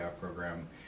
program